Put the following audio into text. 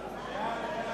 5,